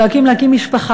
והם דואגים להקים משפחה,